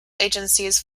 agencies